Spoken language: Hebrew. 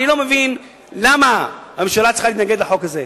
אני לא מבין למה הממשלה צריכה להתנגד לחוק הזה.